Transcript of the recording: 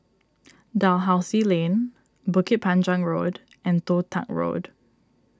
Dalhousie Lane Bukit Panjang Road and Toh Tuck Road